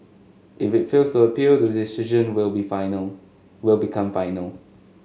if it fails to appeal the decision will be final will become final